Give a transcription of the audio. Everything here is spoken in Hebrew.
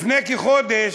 לפני כחודש,